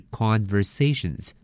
conversations 。